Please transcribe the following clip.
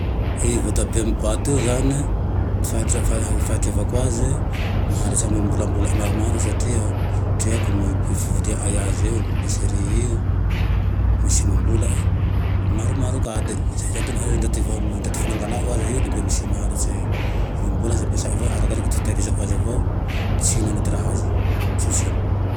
Io voatabia amy boaty io zane, fahatreavako aze e maharitse amam-bolane maromaro satria treako ame fiviliaay aze e, episery io misy enim-bolane, maromaro ka de zay zane nahaizan-daty vao, ndaty fa nangalanao aze e le mbô misy maharitse enim-bola, azao ampesa avao arakarake fitahirizao aze avao tsy hinana ty raha aze, tsy ho simba